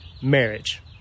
marriage